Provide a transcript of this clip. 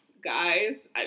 guys